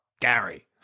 Gary